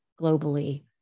globally